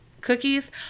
cookies